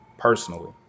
Personally